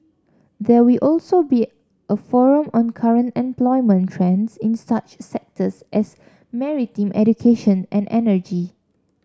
there will also be a forum on current employment trends in such sectors as maritime education and energy